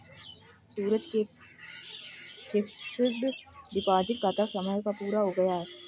सूरज के fixed deposit खाता का समय पूरा हो गया है